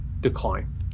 decline